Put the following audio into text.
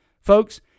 Folks